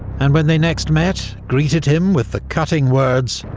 and when they next met, greeted him with the cutting words,